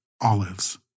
Olives